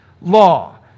law